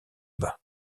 bas